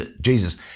Jesus